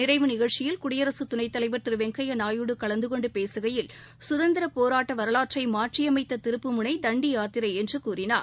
நிறைவு நிகழ்ச்சியில் குடியரகதுணைத்தலைவர் திருவெங்கையாநாயுடு கலந்தகொண்டுபேசுகையில் கதந்திரப் போராட்டவரலாற்றைமாற்றியமைத்ததிருப்புமுனை தண்டியாத்திரைஎன்றுகூறினார்